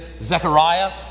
Zechariah